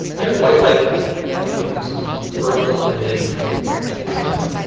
yeah the white light becomes purple and then is snuffed.